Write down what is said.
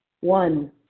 One